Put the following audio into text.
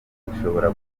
ishobora